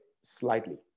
slightly